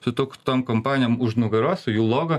tu tok tom kompanijom už nugaros į jų lovą